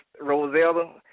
Rosella